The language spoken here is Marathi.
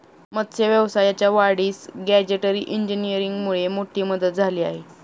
मत्स्य व्यवसायाच्या वाढीस गॅजेटरी इंजिनीअरिंगमुळे मोठी मदत झाली आहे